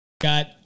Got